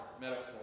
metaphor